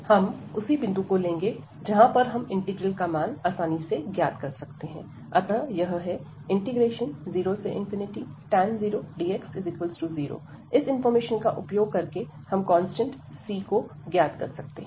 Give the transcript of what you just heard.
हम उसी बिंदु को लेंगे जहां पर हम इंटीग्रल का मान आसानी से ज्ञात कर सकते हैं अतः यह है 0tan 0 dx0 इस इंफॉर्मेशन का उपयोग करके हम कांस्टेंट c को ज्ञात कर सकते है